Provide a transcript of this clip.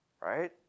right